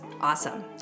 Awesome